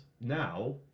Now